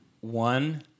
One